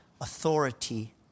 authority